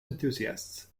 enthusiasts